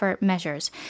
measures